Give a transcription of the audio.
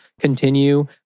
continue